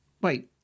Wait